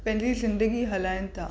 पंहिंजी जिंदगी हलाइनि था